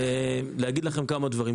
אגיד לכם כמה דברים.